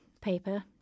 paper